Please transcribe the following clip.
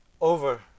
over